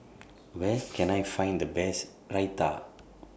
Where Can I Find The Best Raita